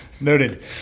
Noted